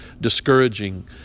discouraging